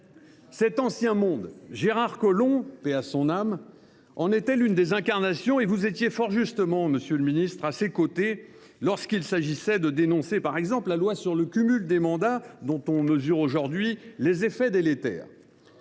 Cet ancien monde, Gérard Collomb – paix à son âme – en était l’une des incarnations, et vous étiez fort justement à ses côtés, monsieur le ministre, lorsqu’il s’est agi de dénoncer, par exemple, la loi sur le cumul des mandats, dont on mesure aujourd’hui les effets délétères.